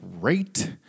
great